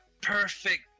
perfect